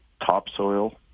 topsoil